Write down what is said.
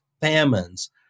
famines